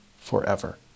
forever